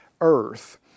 earth